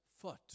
foot